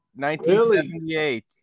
1978